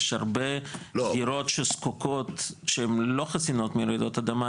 יש הרבה דירות שהן לא חסינות מרעידות אדמה,